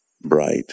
Bright